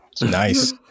Nice